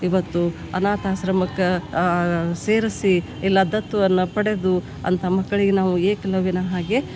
ಇವತ್ತು ಅನಾಥಾಶ್ರಮಕ್ಕ ಸೇರಿಸಿ ಇಲ್ಲ ದತ್ತು ಅನ್ನು ಪಡೆದು ಅಂತ ಮಕ್ಕಳಿಗೆ ನಾವು ಏಕಲವ್ಯನ ಹಾಗೆ